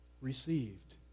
received